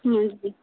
ᱢᱚᱸᱡᱽ ᱜᱮ